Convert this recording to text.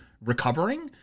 recovering